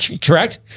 Correct